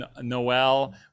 noel